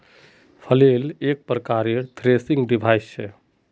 flail एक प्रकारेर threshing device छ